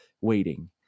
waiting